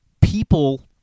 people